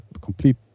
complete